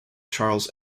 charles